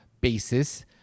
basis